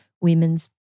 women's